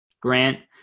Grant